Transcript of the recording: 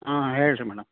ಹಾಂ ಹೇಳಿರಿ ಮೇಡಮ್